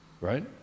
Right